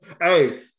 Hey